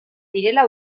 direla